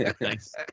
Nice